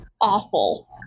awful